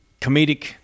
comedic